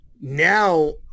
now